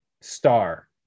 star